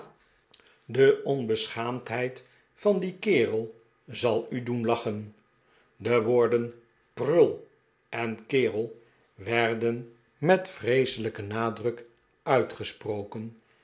de onbeschaamdheid van dien kerel zal u doen lachen de woorden prul en kerel werden met vreeselijken nadruk uitgesproken